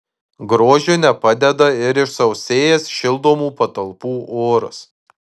grožiui nepadeda ir išsausėjęs šildomų patalpų oras